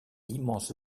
l’immense